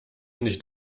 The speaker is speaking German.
nicht